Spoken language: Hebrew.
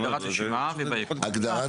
הגדרת